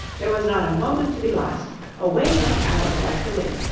there was not a moment to be lost away went alice like the wind,